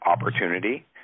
opportunity